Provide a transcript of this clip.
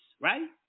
right